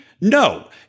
No